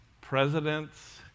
presidents